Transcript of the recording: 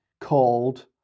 called